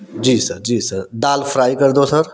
जी sir जी sir दाल fry कर दो सर